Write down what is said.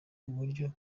uburyo